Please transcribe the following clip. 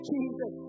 Jesus